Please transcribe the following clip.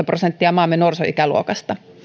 prosenttia maamme nuorisoikäluokasta